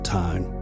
time